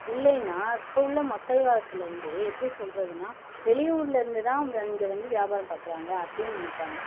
இல்லையின்னா இப்போ உள்ள மக்கள் காலத்துலந்து எப்படி சொல்லுறதுனா வெளியூரில் இருந்து தான் இங்கே வந்து வியாபாரம் பார்க்குறாங்க அப்படின்னு நினைப்பாங்க